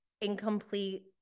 incomplete